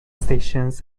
stations